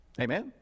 Amen